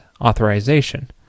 authorization